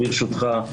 ברשותך,